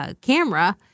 camera